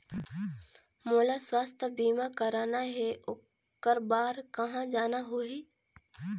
मोला स्वास्थ बीमा कराना हे ओकर बार कहा जाना होही?